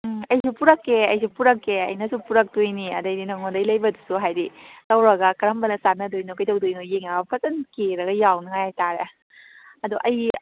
ꯎꯝ ꯑꯩꯁꯨ ꯄꯨꯔꯛꯀꯦ ꯑꯩꯁꯨ ꯄꯨꯔꯛꯀꯦ ꯑꯩꯅꯁꯨ ꯄꯨꯔꯛꯇꯣꯏꯅꯤ ꯑꯗꯩꯗꯤ ꯅꯉꯣꯟꯗꯩ ꯂꯩꯕꯗꯨꯁꯨ ꯍꯥꯏꯗꯤ ꯇꯧꯔꯒ ꯀꯔꯝꯕꯅ ꯆꯥꯟꯅꯗꯣꯏꯅꯣ ꯀꯩꯗꯧꯗꯣꯏꯅꯣ ꯌꯦꯡꯉꯒ ꯐꯖꯅ ꯀꯦꯔꯒ ꯌꯥꯎꯅꯉꯥꯏ ꯍꯥꯏꯇꯥꯔꯦ ꯑꯗꯣ ꯑꯩ